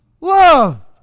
love